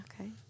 Okay